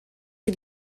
chi